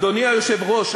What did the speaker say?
אדוני היושב-ראש,